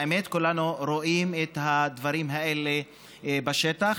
האמת, כולנו רואים את הדברים האלה בשטח.